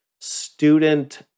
student